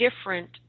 different